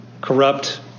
corrupt